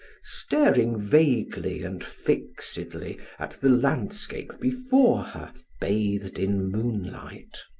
staring vaguely and fixedly at the landscape before her, bathed in moonlight.